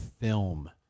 film